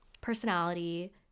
personality